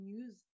use